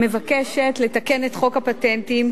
מבקשת לתקן את חוק הפטנטים,